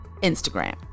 Instagram